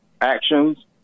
actions